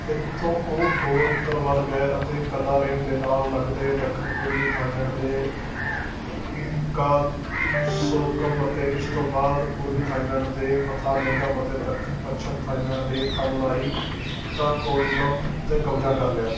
ਇੱਥੋਂ ਉਹ ਹੋਰ ਉੱਤਰ ਵੱਲ ਗਏ ਅਤੇ ਕਦਾਰੇਮ ਦੇ ਨਾਲ਼ ਲੱਗਦੇ ਦੱਖਣ ਪੂਰਬੀ ਥਾਈਲੈਂਡ ਦੇ ਇੰਕਾਲਸੋਕਮ ਅਤੇ ਇਸ ਤੋਂ ਬਾਅਦ ਪੂਰਬੀ ਥਾਈਲੈਂਡ ਦੇ ਮਥਾਲਿੰਗਮ ਅਤੇ ਦੱਖਣ ਪੱਛਮ ਥਾਈਲੈਂਡ ਦੇ ਥਾਲਾਈਤਾਕੋਲਮ ਉੱਤੇ ਕਬਜ਼ਾ ਕਰ ਲਿਆ